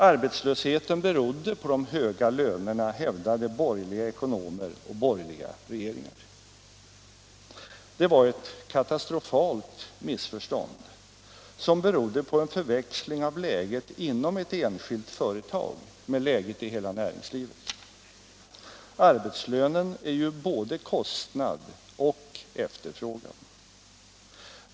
Arbetslösheten berodde på de höga lönerna, hävdade borgerliga ekonomer och borgerliga regeringar. Det var ett katastrofalt missförstånd, som berodde på en förväxling av läget inom ett enskilt företag med läget i hela näringslivet. Arbetslönen är ju både kostnad och efterfrågan.